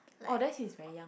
oh then he's very young